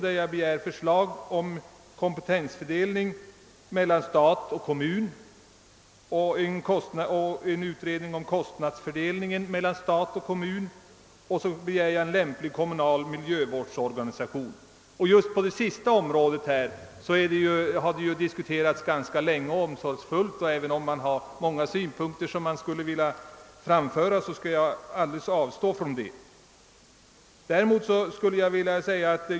Där begär jag förslag om kompetensfördelningen och kostnadsfördelningen mellan stat och kommun samt om en lämplig kommunal miljövårdsorganisation. Just det sista området har diskuterats ganska länge och omsorgsfullt, och även om jag där har många synpunkter som jag skulle vilja framföra, skall jag avstå från det.